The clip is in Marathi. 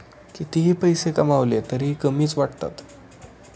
कितीही पैसे कमावले तरीही कमीच वाटतात